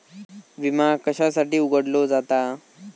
विमा कशासाठी उघडलो जाता?